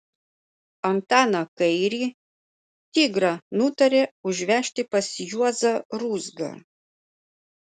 antaną kairį tigrą nutarė užvežti pas juozą ruzgą